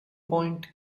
point